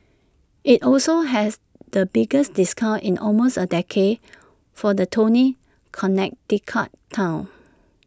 IT also has the biggest discounts in almost A decade for the Tony Connecticut Town